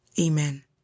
amen